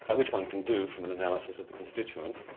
and which one can do from an analysis of the constituents,